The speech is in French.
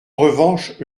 revanche